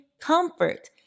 comfort